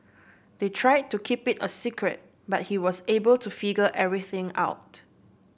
they tried to keep it a secret but he was able to figure everything out